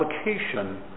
application